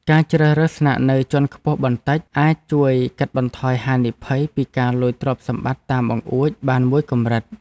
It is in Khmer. ការជ្រើសរើសស្នាក់នៅជាន់ខ្ពស់បន្តិចអាចជួយកាត់បន្ថយហានិភ័យពីការលួចទ្រព្យសម្បត្តិតាមបង្អួចបានមួយកម្រិត។